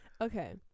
Okay